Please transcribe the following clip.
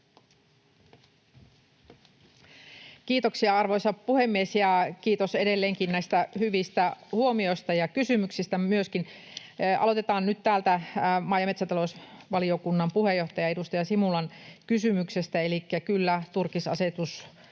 Kiitoksia, arvoisa puhemies! Ja kiitos edelleenkin näistä hyvistä huomioista ja kysymyksistä myöskin. Aloitetaan nyt täältä maa- ja metsätalousvaliokunnan puheenjohtajan, edustaja Simulan, kysymyksestä. Elikkä kyllä, turkisasetus